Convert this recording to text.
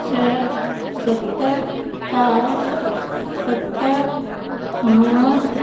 छह सत चारि सत नव